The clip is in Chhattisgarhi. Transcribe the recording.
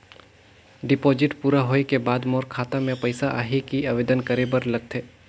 डिपॉजिट पूरा होय के बाद मोर खाता मे पइसा आही कि आवेदन करे बर लगथे?